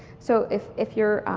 so if if you're